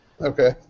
Okay